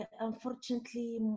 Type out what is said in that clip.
Unfortunately